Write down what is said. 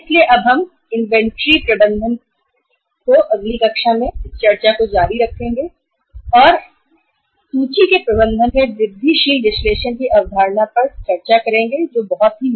तो हम इन्वेंटरी प्रबंधन पर चर्चा जारी रखेंगे और अगली बार अगली कक्षा में मैं आपके साथ इन्वेंटरी जो की एक महत्वपूर्ण चालू संपत्ति है उसके प्रबंधन में वृद्धिशील विश्लेषण की अवधारणा पर चर्चा करुंगा